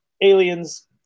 aliens